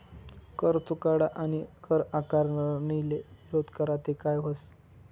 कर चुकाडा आणि कर आकारणीले विरोध करा ते काय व्हस